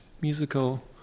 musical